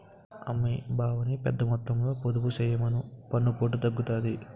అమ్మీ బావని పెద్దమొత్తంలో పొదుపు చెయ్యమను పన్నుపోటు తగ్గుతాది